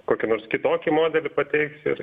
kokį nors kitokį modelį pateiks ir